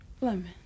Lemon